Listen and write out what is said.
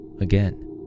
again